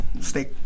steak